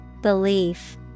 Belief